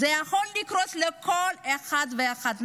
זה יכול לקרות לכל אחד ואחת.